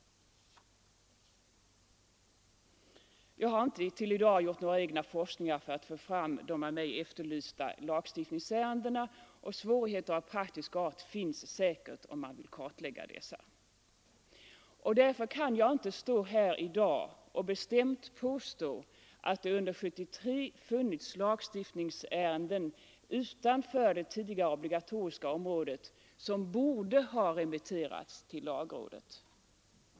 Jag har inte till i dag gjort några egna forskningar för att få fram de av mig efterlysta lagstiftningsärendena, och svårigheter av praktisk art finns säkert, om man vill kartlägga dessa. Därför kan jag inte här i dag bestämt påstå att det under 1973 funnits lagstiftningsärenden utanför det tidigare obligatoriska området som borde ha remitterats till lagrådet.